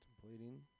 contemplating